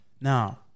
Now